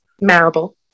Marable